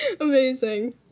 amazing